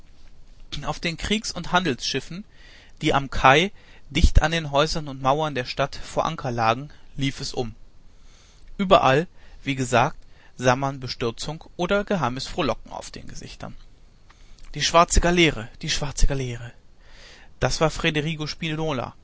auf den kriegs und handelsschiffen die am kai dicht an den häusern und mauern der stadt vor anker lagen lief es um überall wie gesagt sah man bestürzung oder geheimes frohlocken auf den gesichtern die schwarze galeere die schwarze galeere das war